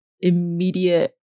immediate